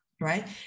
Right